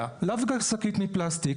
גם נייר למרות שהוא מתפרק,